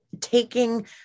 taking